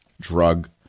drug